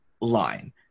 line